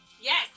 yes